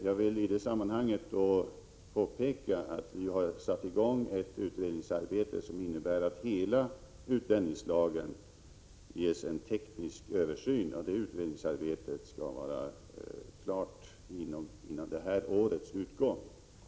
Jag vill i detta sammanhang framhålla att vi har satt i gång ett utredningsarbete, som innebär att hela utlänningslagen blir föremål för en teknisk översyn. Utredningsarbetet skall vara klart före årets utgång.